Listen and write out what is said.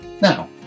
Now